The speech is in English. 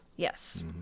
Yes